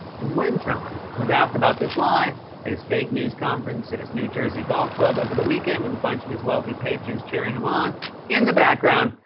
and when trump was asked about this lie at his fake news conference at his new jersey golf club over the weekend with a bunch of his wealthy patrons cheering him on in the background,